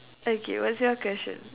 okay what's your question